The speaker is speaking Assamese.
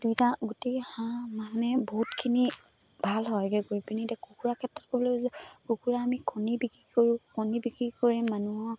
দুয়োটা গোটেই হাঁহ মানে বহুতখিনি ভাল হয়গৈ গৈ পিনি এতিয়া কুকুৰা ক্ষেত্ৰত ক'বলৈ গৈছোঁ যে কুকুৰা আমি কণী বিক্ৰী কৰোঁ কণী বিক্ৰী কৰি মানুহক